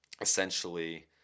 essentially